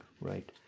Right